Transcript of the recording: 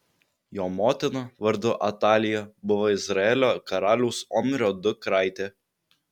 jo motina vardu atalija buvo izraelio karaliaus omrio dukraitė